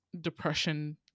depression